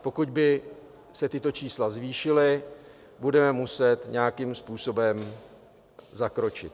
Pokud by se tato čísla zvýšila, budeme muset nějakým způsobem zakročit.